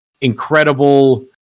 incredible